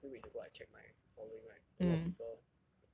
I think a few weeks ago I check my following right a lot of people